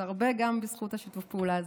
זה הרבה גם בזכות שיתוף הפעולה הזה.